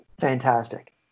Fantastic